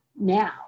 now